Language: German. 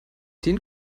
den